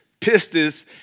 pistis